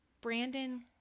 brandon